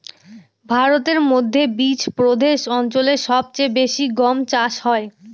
ভারতের মধ্যে বিচপ্রদেশ অঞ্চলে সব চেয়ে বেশি গম চাষ হয়